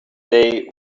day